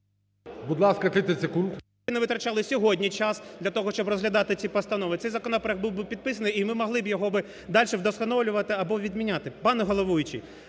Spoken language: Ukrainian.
Будь ласка, 30 секунд.